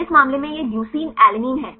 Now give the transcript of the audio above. तो इस मामले में यह ल्यूसीन एलानिन है